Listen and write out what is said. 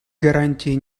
гарантии